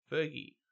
Fergie